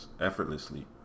effortlessly